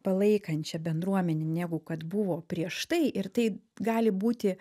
palaikančią bendruomenę negu kad buvo prieš tai ir tai gali būti